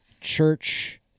church